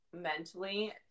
mentally